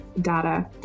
data